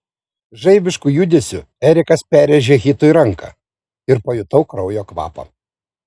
žaibišku judesiu erikas perrėžė hitui ranką ir pajutau kraujo kvapą